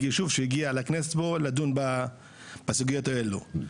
ישוב שהגיע לכנסת פה לדון בסוגיות האלו.